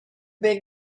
big